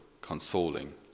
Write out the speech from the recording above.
consoling